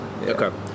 Okay